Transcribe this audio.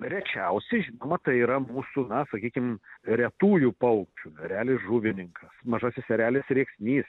rečiausi žinoma tai yra mūsų na sakykim retųjų paukščių erelis žuvininkas mažasis erelis rėksnys